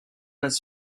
his